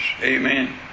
Amen